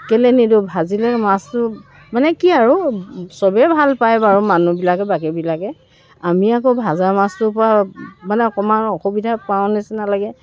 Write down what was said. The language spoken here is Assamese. কেলৈ নিদোঁ ভাজিলেই মাছটো মানে কি আৰু চবেই ভাল পায় বাৰু মানুহবিলাকে বাকীবিলাকে আমি আকৌ ভজা মাছটোৰ পৰা মানে অকণমান অসুবিধা পাওঁ নিচিনা লাগে